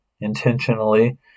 intentionally